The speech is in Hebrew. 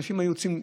אנשים היו יוצאים,